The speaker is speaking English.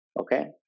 okay